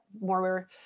more